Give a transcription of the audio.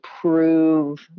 prove